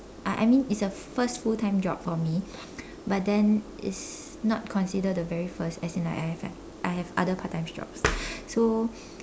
uh I I mean it's a first full time job for me but then it's not considered the very first as in like I have I have other part time jobs so